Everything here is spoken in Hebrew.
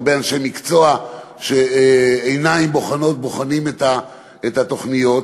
הרבה אנשי מקצוע שבוחנים את התוכניות,